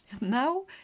Now